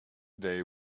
day